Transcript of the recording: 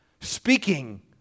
speaking